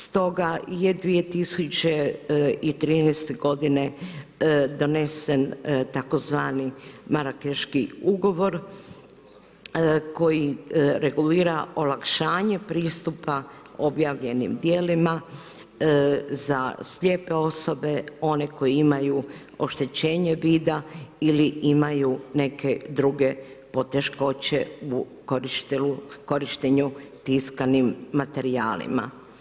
Stoga je 2013. g. donesen tzv. marateški ugovor koji regulira olakšanje pristupa obavljenih dijelima za slijepe osobe, oni koji imaju oštećenje vida ili imaju neke druge poteškoće u korištenju tiskanim materijalima.